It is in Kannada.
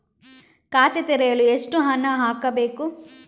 ಖಾತೆ ತೆರೆಯಲು ಎಷ್ಟು ಹಣ ಹಾಕಬೇಕು?